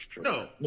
no